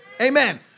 Amen